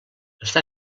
està